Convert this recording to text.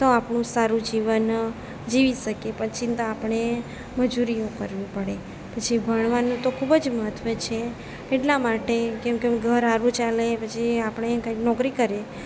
તો આપણું સારું જીવન જીવી શકીએ પછી તો આપણે મજૂરીઓ કરવી પડે પછી ભણવાનું તો ખૂબ જ મહત્વ છે એટલા માટે કેમ કે ઘર સારું ચાલે પછી આપણે કંઈક નોકરી કરીએ